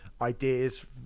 ideas